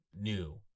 new